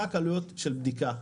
רק עלויות של בדיקה.